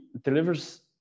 delivers